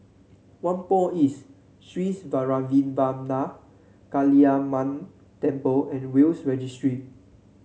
Whampoa East Sri Vairavimada Kaliamman Temple and Will's Registry